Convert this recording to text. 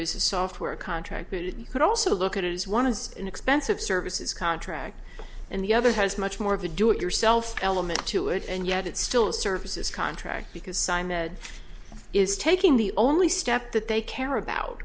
is a software contract that you could also look at is one of those inexpensive services contract and the other has much more of a do it yourself element to it and yet it's still a services contract because sign med is taking the only step that they care about